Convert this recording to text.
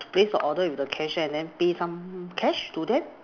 place the order with the cashier and then pay some cash to them